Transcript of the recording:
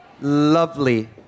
lovely